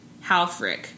Halfrick